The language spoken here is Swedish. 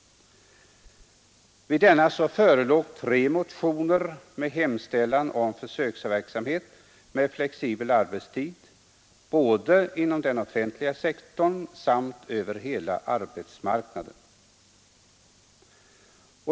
Vid denna förelåg tre motioner med hemställan om försöksverksamhet med flexibel arbetstid både inom den offentliga sektorn och över hela arbetsmarknaden.